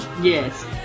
Yes